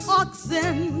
oxen